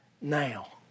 now